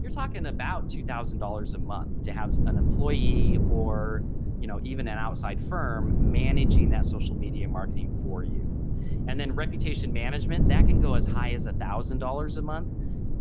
you're talking about two thousand dollars a month to have an employee or you know even an outside firm managing that social media marketing for you and then reputation management that can go as high as a thousand dollars a month